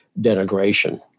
denigration